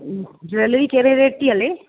jewellery कहिड़े rate थी हले